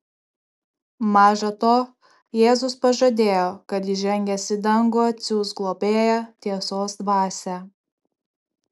maža to jėzus pažadėjo kad įžengęs į dangų atsiųs globėją tiesos dvasią